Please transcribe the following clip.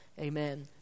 Amen